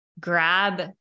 grab